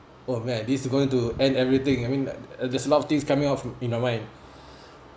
oh man this is going to end everything I mean uh there's a lot of things coming out in my mind